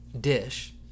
dish